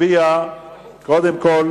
נצביע קודם כול